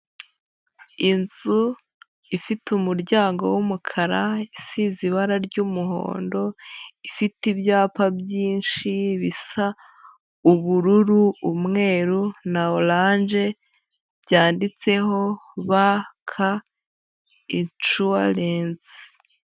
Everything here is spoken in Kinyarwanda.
Inzu ifite umuryango w'umukara, isize ibara ry'umuhondo, ifite ibyapa byinshi bisa ubururu, umweru na oranje, byanditseho BK inshuwarensi.